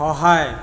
সহায়